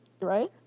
right